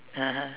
(uh huh)